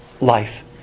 life